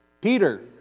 Peter